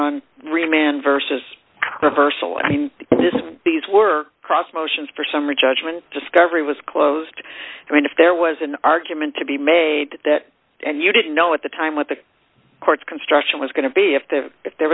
on remand versus reversal i mean these were cross motions for summary judgment discovery was closed i mean if there was an argument to be made that and you didn't know at the time what the court's construction was going to be if there if there